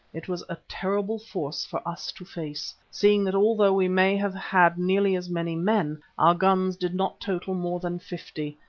it was a terrible force for us to face, seeing that although we may have had nearly as many men, our guns did not total more than fifty,